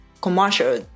commercial